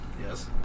Yes